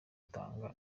atanga